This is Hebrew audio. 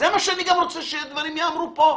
מה שאני רוצה פה, שהדברים גם ייאמרו פה.